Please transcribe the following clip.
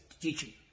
teaching